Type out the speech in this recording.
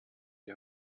die